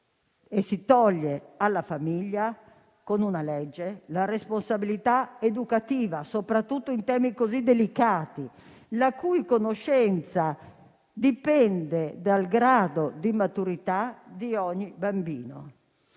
Si toglie alla famiglia, con una legge, la responsabilità educativa, soprattutto in temi così delicati, la cui conoscenza dipende dal grado di maturità di ogni bambino.